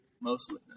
mostly